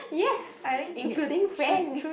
yes including friends